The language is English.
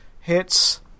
hits